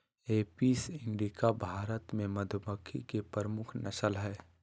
Apis indica Bharat मे मधुमक्खी के प्रमुख नस्ल हय